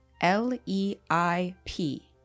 L-E-I-P